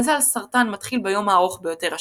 מזל סרטן מתחיל ביום הארוך ביותר בשנה,